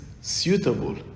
suitable